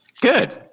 good